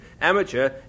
Amateur